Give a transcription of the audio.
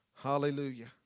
Hallelujah